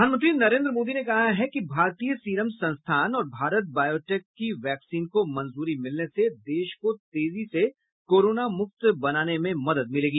प्रधानमंत्री नरेन्द्र मोदी ने कहा है कि भारतीय सीरम संस्थान और भारत बॉयोटेक की वैक्सीन को मंजूरी मिलने से देश को तेजी से कोरोना मुक्त बनाने में मदद मिलेगी